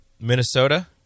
Minnesota